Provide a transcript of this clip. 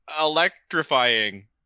electrifying